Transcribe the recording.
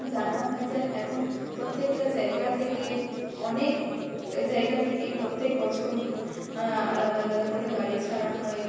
জানাও হয়ে যায় এখন প্রত্যেকটা জায়গা থেকে অনেক জায়গা থেকেই প্রত্যেক বছর আলাদা আলাদা করে গাড়ি ছাড়া হয়